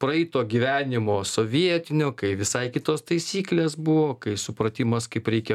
praeito gyvenimo sovietinio kai visai kitos taisyklės buvo kai supratimas kaip reikia